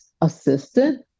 assistant